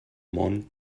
món